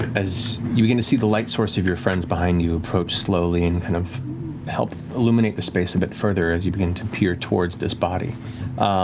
as you begin to see the light source of your friends behind you approach slowly and kind of help illuminate the space a bit further as you begin to peer towards this body,